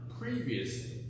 previously